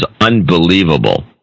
unbelievable